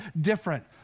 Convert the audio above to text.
different